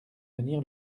venir